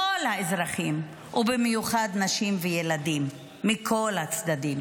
כל האזרחים, ובמיוחד נשים וילדים מכל הצדדים.